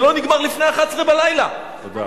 זה לא נגמר לפני 23:00. תודה.